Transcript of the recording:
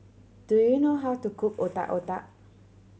do you know how to cook Otak Otak